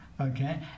Okay